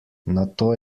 nato